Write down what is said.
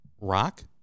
Rock